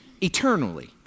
eternally